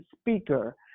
speaker